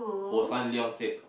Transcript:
Hossan-Leong said